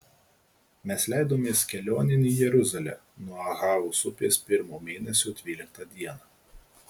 mes leidomės kelionėn į jeruzalę nuo ahavos upės pirmo mėnesio dvyliktą dieną